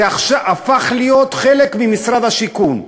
זה הפך להיות חלק ממשרד השיכון.